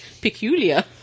Peculiar